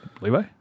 Levi